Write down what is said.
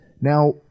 Now